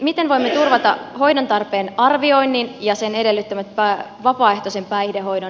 miten voimme turvata hoidon tarpeen arvioinnin ja sen edellyttämän vapaaehtoisen päihdehoidon